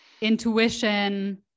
intuition